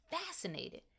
fascinated